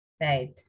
Right